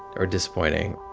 or disappointing